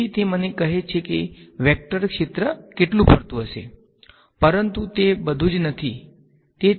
તેથી તે મને કહે છે કે વેક્ટર ક્ષેત્ર કેટલું ફરે છે પરંતુ તે બધું જ નથી